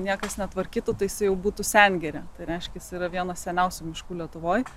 niekas netvarkytų tai jisai jau būtų sengirė tai reiškias yra vienas seniausių miškų lietuvoj